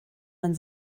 man